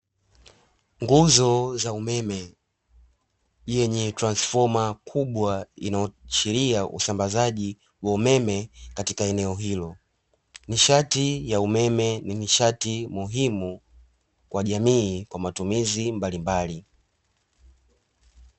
Nguzo za umeme yenye transifoma kubwa inayoashiria usambazaji wa umeme katika eneo hilo. Nishati ya umeme ni nishati muhimu kwa jamii kwa matumizi mbalimbali.